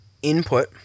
input